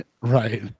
Right